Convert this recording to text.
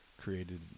created